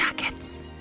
nuggets